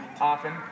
often